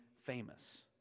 famous